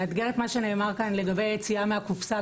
-- לאתגר את מה שנאמר כאן לגבי היציאה מהקופסה,